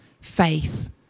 faith